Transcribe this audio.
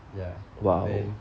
ya then